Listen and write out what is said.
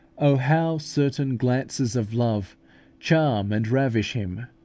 oh, how certain glances of love charm and ravish him!